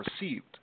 received